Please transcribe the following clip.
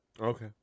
Okay